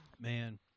Man